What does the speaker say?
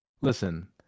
listen